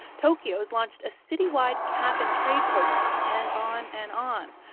tokyo's launched a city wide cap and trade program, and on and on,